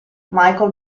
michael